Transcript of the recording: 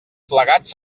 plegats